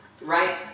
right